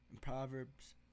proverbs